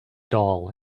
dull